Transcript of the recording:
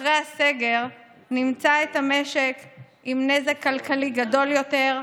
אחרי הסגר נמצא את המשק עם נזק כלכלי גדול יותר,